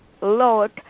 Lord